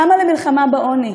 כמה למלחמה בעוני,